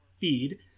feed